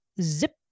zip